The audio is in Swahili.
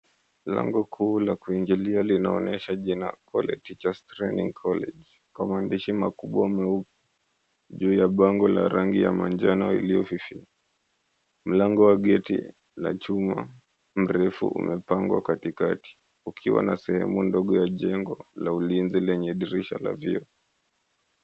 Lango kuu la kuingilia linaonesha Kwale Teachers Training College kwa maandishishi meupe makubwa juu ya bango la rangi manjano ilio fifia mlango wa geti la chuma mrefu katikati ukiwa na sehemu ya jengo la ulinzi lenye dirisha la vioo.